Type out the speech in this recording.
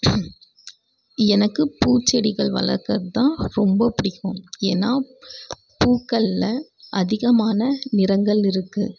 எனக்கு பூச்செடிகள் வளர்க்குறது தான் ரொம்ப பிடிக்கும் ஏன்னால் பூக்களில் அதிகமான நிறங்கள் இருக்குது